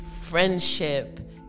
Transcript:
friendship